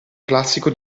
classico